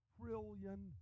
trillion